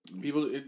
People